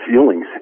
feelings